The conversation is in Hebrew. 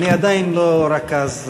אני עדיין לא רכז,